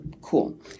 Cool